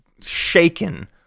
shaken